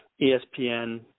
ESPN